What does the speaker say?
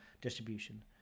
distribution